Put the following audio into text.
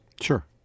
Sure